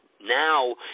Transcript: now